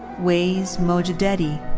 wais mojadedi.